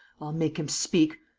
i'll make him speak.